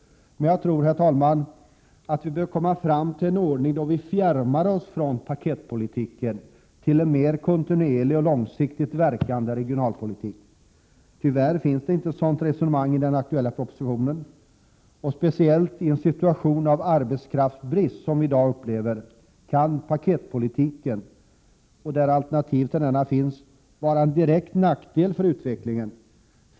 Men jag tror, herr talman, att vi behöver komma fram till en ordning där vi fjärmar oss från ”paketpolitiken” och i stället för en mer kontinuerlig och långsiktigt verkande regionalpolitik. Tyvärr finns det inget sådant resonemang i den aktuella propositionen. Speciellt i en situation av arbetskraftsbrist, som vi i dag upplever, kan paketpolitiken — där alternativ till denna finns — vara till direkt nackdel för utvecklingen.